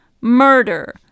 murder